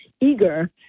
eager